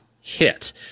hit